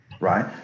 Right